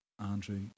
Andrew